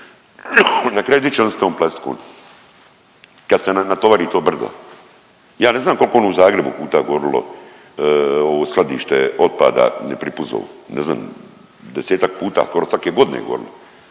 na kraju di će oni s tom plastikom kad se natovari to brdo? Ja ne znam kolko je ono u Zagrebu puta gorilo ovo skladište otpada Pripuzovo, ne znam, 10-tak puta, skoro svake godine je gorilo,